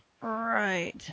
Right